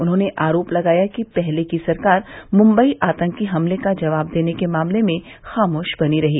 उन्होंने आरोप लगाया कि पहले की सरकार मुंबई आतंकी हमले का जवाब देने के मामले में खामोश बनी रही